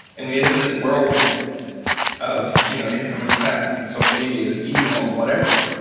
and we end up in this whirlwind of you know incoming text and social media, email and whatever.